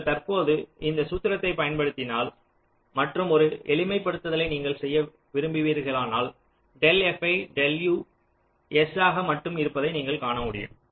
நீங்கள் தற்போது அந்த சூத்திரத்தை பயன்படுத்தினால் மற்றும் ஒரு எளிமைப்படுத்துதலை நீங்கள் செய்வீர்களானால் del fi del u s ஆக மட்டும் இருப்பதை நீங்கள் காணமுடியும்